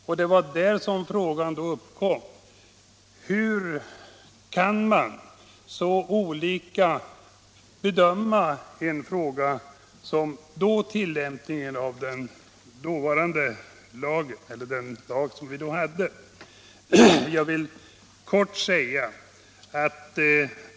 Och det var där frågan då uppkom: Hur kan man bedöma ett ärende så olika som när det gällde tillämpningen av den lag som vi hade?